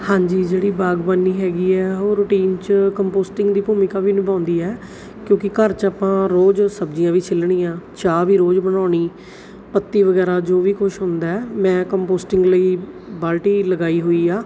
ਹਾਂਜੀ ਜਿਹੜੀ ਬਾਗਬਾਨੀ ਹੈਗੀ ਹੈ ਉਹ ਰੂਟੀਨ 'ਚ ਕੰਪੋਸਟਿੰਗ ਦੀ ਭੂਮਿਕਾ ਵੀ ਨਿਭਾਉਂਦੀ ਹੈ ਕਿਉਂਕਿ ਘਰ 'ਚ ਆਪਾਂ ਰੋਜ਼ ਸਬਜ਼ੀਆਂ ਵੀ ਛਿੱਲਣੀਆਂ ਚਾਹ ਵੀ ਰੋਜ਼ ਬਣਾਉਣੀ ਪੱਤੀ ਵਗੈਰਾ ਜੋ ਵੀ ਕੁਛ ਹੁੰਦਾ ਮੈਂ ਕੰਪੋਸਟਿੰਗ ਲਈ ਬਾਲਟੀ ਲਗਾਈ ਹੋਈ ਆ